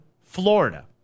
Florida